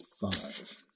five